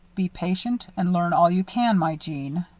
be patient and learn all you can, my jeanne.